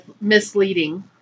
misleading